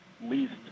least